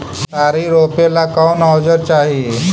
केतारी रोपेला कौन औजर चाही?